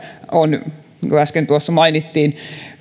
on niin kuin äsken mainittiin